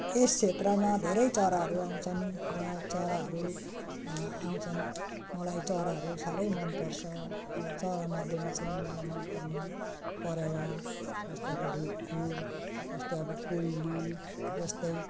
यस क्षेत्रमा धेरै चराहरू आउँछन् र चराहरू आउँछन् मलाई चराहरू साह्रै मन पर्छ अब चरा मध्येमा चाहिँ मलाई मन पर्ने परेवा जस्तो अब ढुकुर जस्तो अब कोइली जस्तै